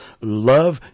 love